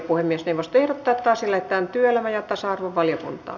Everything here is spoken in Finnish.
puhemiesneuvosto ehdottaa että asia lähetetään työelämä ja tasa arvovaliokuntaan